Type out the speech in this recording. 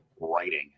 writing